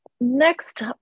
Next